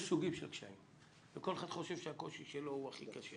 יש סוגים של קשיים וכל אחד חושב שהקושי שלו הוא הכי קשה